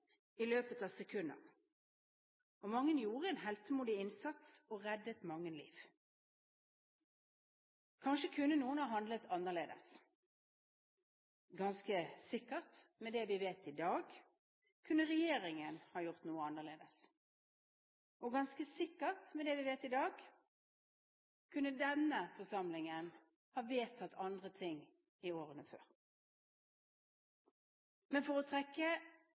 i løpet av sekunder. Mange gjorde en heltemodig innsats og reddet mange liv. Kanskje kunne noen ha handlet annerledes. Ganske sikkert – med det vi vet i dag – kunne regjeringen ha gjort noe annerledes. Og ganske sikkert – med det vi vet i dag – kunne denne forsamlingen ha vedtatt andre ting i årene før. Men for å trekke